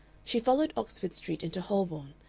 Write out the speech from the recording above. she followed oxford street into holborn,